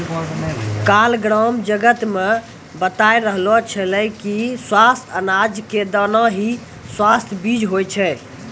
काल ग्राम जगत मॅ बताय रहलो छेलै कि स्वस्थ अनाज के दाना हीं स्वस्थ बीज होय छै